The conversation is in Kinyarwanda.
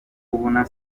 kuba